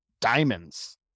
diamonds